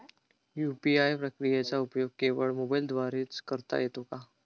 UPI प्रक्रियेचा उपयोग केवळ मोबाईलद्वारे च करता येतो का?